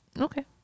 Okay